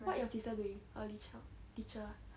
what your sister doing early child teacher ah